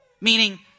meaning